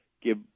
Give